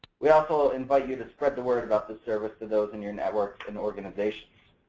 we also invite you to spread the word about this service to those in your network and organizations.